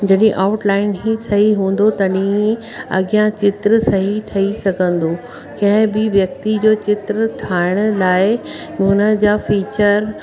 जॾहिं outline ई सही हूंदो त तॾहिं ई अॻियां चित्र सही ठही सघंदो कंहिं बि व्यक्ति जो चित्र ठाहिण लाइ हुनजा फ़ीचर